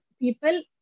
people